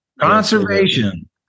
conservation